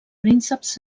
prínceps